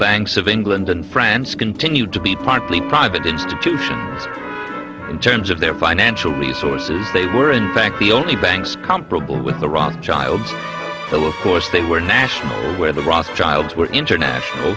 banks of england and france continued to be partly private institution in terms of their financial resources they were in fact the only banks comparable with the rothschilds but of course they were national where the rothschilds were international